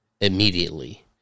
immediately